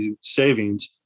savings